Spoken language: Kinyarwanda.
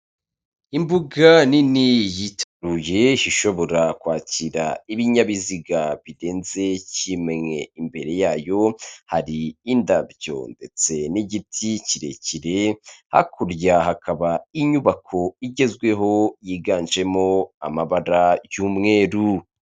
Imbuga nini yitaruye ishobora kwakira ibinyabiziga birenze kimwe, imbere yayo hari indabyo ndetse n'igiti kirekire, hakurya hakaba inyubako igezweho yiganjemo amabara y'umweru.